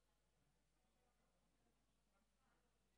איפה אביר